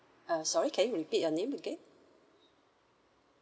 uh sorry can you repeat your name again